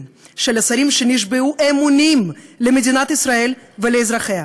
של השרים שנשבעו אמונים למדינת ישראל ולאזרחיה.